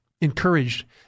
encouraged